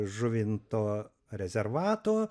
žuvinto rezervato